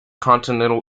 continental